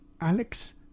Alex